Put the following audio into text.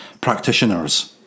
practitioners